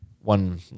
one